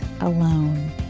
alone